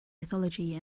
mythology